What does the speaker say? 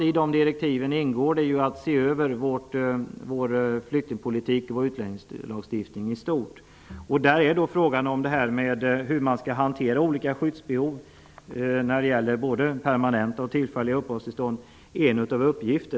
I direktiven ingår det att utredningen skall se över vår flyktingpolitik och vår utlänningslagstiftning i stort. Frågan om hur olika skyddsbehov skall hanteras när det gäller både permanenta och tillfälliga uppehållstillstånd ingår som en uppgift.